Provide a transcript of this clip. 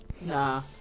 Nah